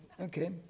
Okay